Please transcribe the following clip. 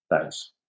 Thanks